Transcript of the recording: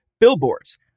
Billboards